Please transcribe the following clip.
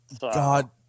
God